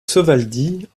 sovaldi